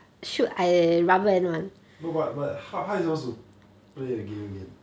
no but but how you supposed to play the game again